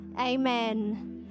Amen